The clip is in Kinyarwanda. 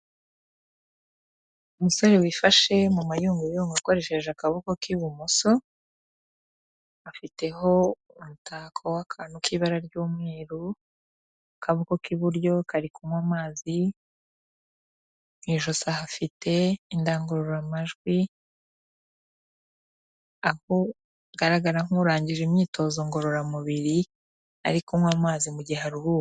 Umusore wifashe mu mayungurungo akoresheje akaboko k'ibumoso, afiteho umutako w'akantu k'ibara ry'umweru, akaboko k'iburyo kari kunywa amazi, mu ijosi, afite indangururamajwi, aho agaragara nk'urangije imyitozo ngororamubiri, ari kunywa amazi igihe aruhuka.